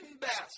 best